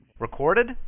Recorded